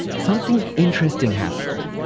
something interesting happened.